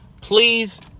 please